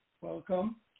Welcome